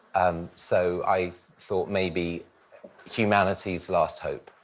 um so i've thought maybe humanity's last hope.